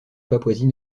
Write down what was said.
papouasie